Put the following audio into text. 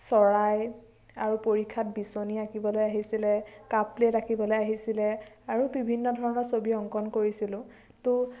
আৰু পৰীক্ষাত বিচনী আঁকিবলে আহিছিলে কাপ প্লেট আঁকিবলে আহিছিলে আৰু বিভিন্ন ধৰণৰ ছবি অংকন কৰিছিলোঁ ত